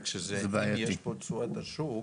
רק שאם יש פה את תשואת השוק,